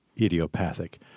idiopathic